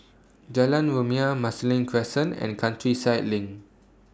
Jalan Rumia Marsiling Crescent and Countryside LINK